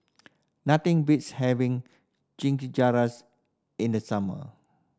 nothing beats having Chimichangas in the summer